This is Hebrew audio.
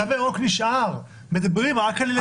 התו הירוק נשאר, מדברים רק על ילדים שלא מחוסנים.